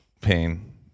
pain